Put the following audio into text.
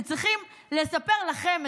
שצריכים לספר לכם,